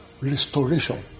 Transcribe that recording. restoration